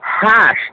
hash